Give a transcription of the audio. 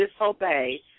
disobey